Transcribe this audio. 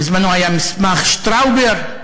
בזמנו היה מסמך שטאובר,